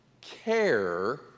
care